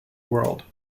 world